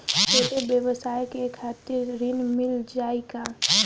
छोट ब्योसाय के खातिर ऋण मिल जाए का?